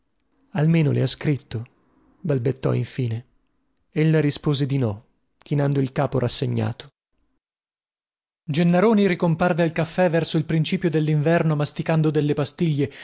almeno le ha scritto balbettò infine ella rispose di no chinando il capo rassegnato gennaroni ricomparve al caffè verso il principio dellinverno masticando delle pastiglie